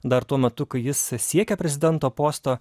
dar tuo metu kai jis siekė prezidento posto